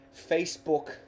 Facebook